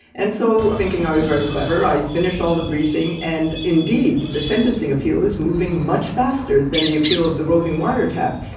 and so, thinking i was very clever, i finished all the briefing. and indeed, the sentencing appeal is moving much faster than the appeal of the roving wiretap.